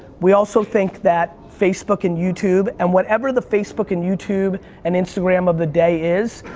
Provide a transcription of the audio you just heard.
we also think that facebook and youtube and whatever the facebook and youtube, and instagram of the day is,